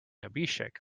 abhishek